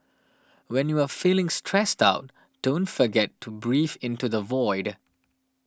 when you are feeling stressed out don't forget to breathe into the void